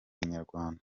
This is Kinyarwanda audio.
inyarwanda